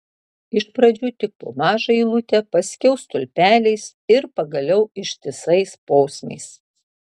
iš pradžių tik po mažą eilutę paskiau stulpeliais ir pagaliau ištisais posmais